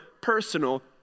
personal